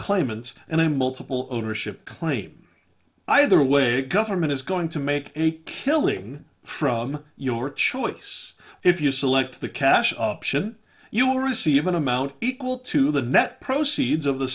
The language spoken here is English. claimants and in multiple ownership claim either way government is going to make a killing from your choice if you select the cash option you will receive an amount equal to the net proceeds of the